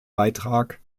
beitrag